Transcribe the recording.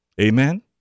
Amen